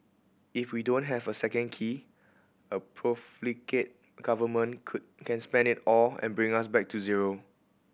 if we don't have a second key a profligate Government could can spend it all and bring us back to zero